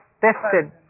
tested